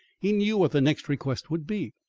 he knew what the next request would be,